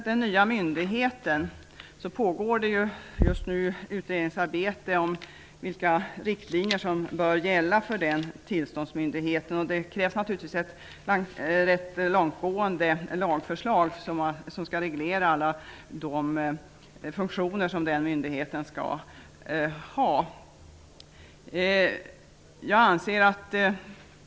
Det pågår just nu ett utredningsarbete om vilka riktlinjer som bör gälla för den nya tillståndsmyndigheten. Det krävs naturligtvis ett ganska långtgående lagförslag för att reglera myndighetens samtliga funktioner.